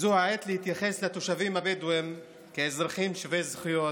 "זו העת להתייחס לתושבים הבדואים כאזרחים שווי זכויות,